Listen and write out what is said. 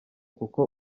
kuko